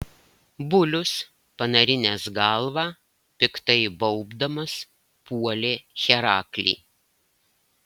bulius panarinęs galvą piktai baubdamas puolė heraklį